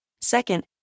Second